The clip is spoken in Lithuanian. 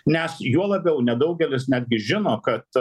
nes juo labiau nedaugelis netgi žino kad